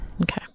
Okay